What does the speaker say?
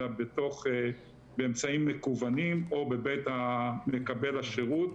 אלא באמצעים מקוונים או בבית מקבל השרות,